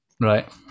Right